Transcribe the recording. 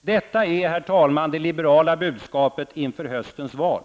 Detta, herr talman, är det liberala budskapet inför höstens val.